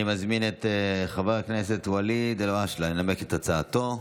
אני מזמין את חבר הכנסת ואליד אלהואשלה לנמק את הצעתו,